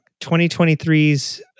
2023s